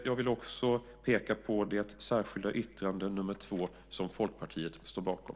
Jag vill också peka på det särskilda yttrande nr 2 som Folkpartiet står bakom.